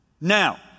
Now